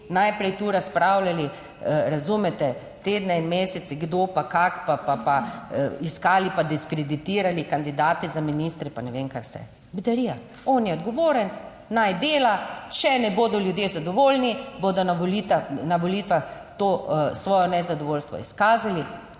najprej tu razpravljali, razumete, tedne in mesece kdo pa kako, pa iskali, pa diskreditirali kandidate za ministre, pa ne vem kaj vse. Bedarija. On je odgovoren, naj dela. Če ne bodo ljudje zadovoljni, bodo na volitvah, na volitvah to svoje nezadovoljstvo izkazali in